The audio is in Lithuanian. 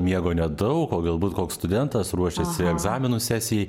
miego nedaug o galbūt koks studentas ruošiasi egzaminų sesijai